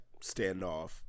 standoff